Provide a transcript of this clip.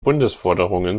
bundesforderungen